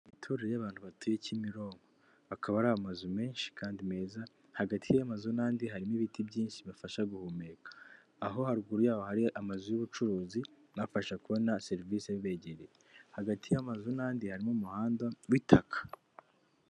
Imiturire y'abantu bateye Kimironko. Akaba ari amazu menshi kandi meza, hagati y'amazu n'andi harimo ibiti byinshi bibafasha guhumeka. Aho haruguru yaho hari amazu y'ubucuruzi, abafasha kubona serivisi bibegereye. Hagati y'amazu n'andi harimo umuhanda w'itaka.